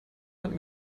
hand